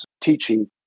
teaching